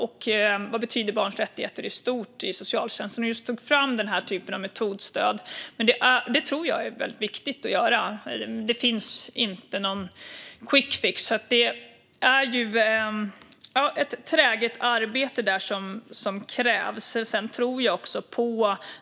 Och vad betyder barns rättigheter i stort i socialtjänsten? Vi tog fram den här typen av metodstöd, och det tror jag är väldigt viktigt att göra. Det finns inte någon quickfix, utan det är ett träget arbete som krävs.